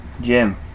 Jim